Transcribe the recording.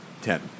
Ten